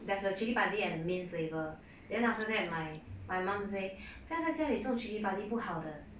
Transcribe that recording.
there's a chilli padi and a mint flavour then after that my my mum say 不要在家里种 chilli padi 不好的